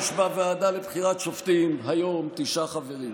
יש היום בוועדה לבחירת שופטים תשעה חברים,